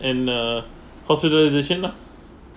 and uh consideration lah